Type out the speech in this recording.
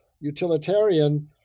utilitarian